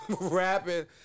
rapping